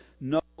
no